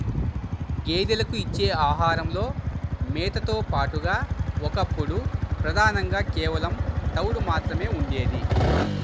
గేదెలకు ఇచ్చే ఆహారంలో మేతతో పాటుగా ఒకప్పుడు ప్రధానంగా కేవలం తవుడు మాత్రమే ఉండేది